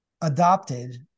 adopted